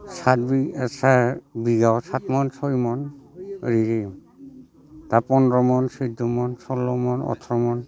साद बिगायाव सात मन सय मन ओरै जायो दा फनद्र' मन सैद' मन सल्ल' मन अथ्र' मन